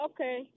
Okay